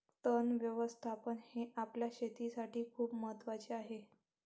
तण व्यवस्थापन हे आपल्या शेतीसाठी खूप महत्वाचे आहे